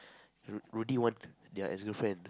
Rudy want their ex girlfriend